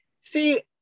See